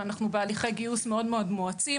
ואנחנו בהליכי גיוס מאוד מואצים,